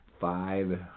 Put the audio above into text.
five